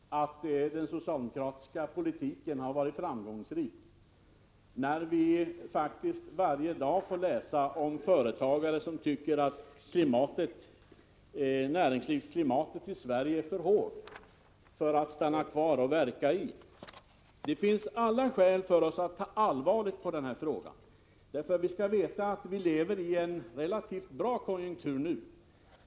Herr talman! Jag vill inte påstå att den socialdemokratiska politiken har varit framgångsrik, när vi faktiskt varje dag får läsa om företagare som tycker att näringslivsklimatet i Sverige är för hårt att stanna kvar och verka i. Det finns alla skäl för oss att ta allvarligt på den här frågan. Vi lever i en relativt bra konjunktur nu.